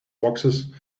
boxes